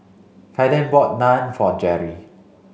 Kaeden bought Naan for Jerri